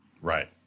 Right